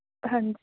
ਹਾਂਜੀ